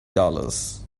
dollars